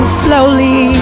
slowly